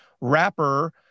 rapper